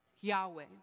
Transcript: Yahweh